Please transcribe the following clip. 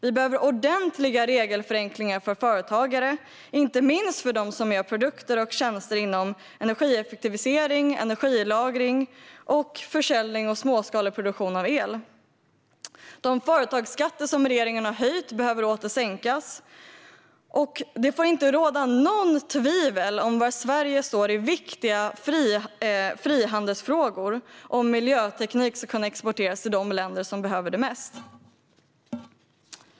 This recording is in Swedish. Det behövs ordentliga regelförenklingar för företagare, inte minst för dem som gör produkter och utövar tjänster inom energieffektivisering, energilagring och försäljning av småskalig produktion av el. De företagsskatter som regeringen har höjt behöver åter sänkas, och det får inte råda något tvivel om var Sverige står i viktiga frihandelsfrågor om miljöteknik ska kunna exporteras till de länder som behöver det mest.